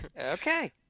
okay